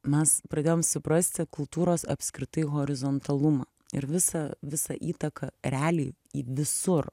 mes pradėjom suprasti kultūros apskritai horizontalumą ir visą visą įtaką realiai į visur